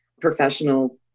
professional